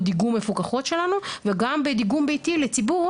דיגום מפוקחות שלנו וגם בדיגום ביתי לציבור,